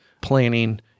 planning